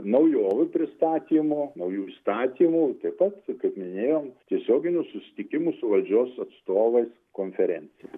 naujovių pristatymo naujų įstatymų taip pat kaip minėjom tiesioginių susitikimų su valdžios atstovais konferencija